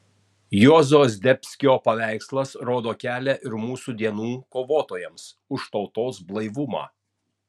juozo zdebskio paveikslas rodo kelią ir mūsų dienų kovotojams už tautos blaivumą